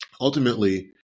ultimately